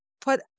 put